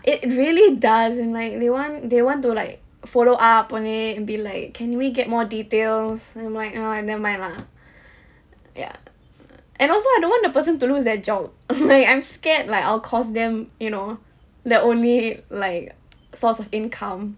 it really does and like they want they want to like follow up on it and be like can we get more details I'm like oh I never mind lah ya and also I don't want that person to lose their job like I'm scared like I'll cost them you know their only like source of income